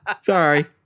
Sorry